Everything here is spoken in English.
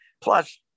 Plus